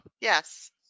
yes